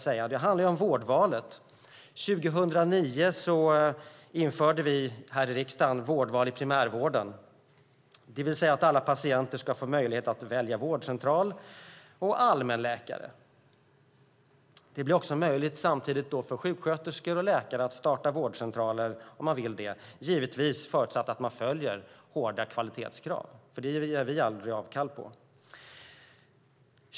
Det handlar om vårdvalet. År 2009 införde vi här i riksdagen vårdval i primärvården. Det innebar att alla patienter skulle få möjlighet att välja vårdcentral och allmänläkare. Samtidigt blev det också möjligt för sjuksköterskor och läkare att starta vårdcentraler, givetvis förutsatt att man följer hårda kvalitetskrav. Det ger vi aldrig avkall på.